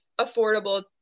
affordable